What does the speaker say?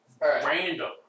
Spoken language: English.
random